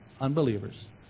Unbelievers